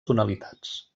tonalitats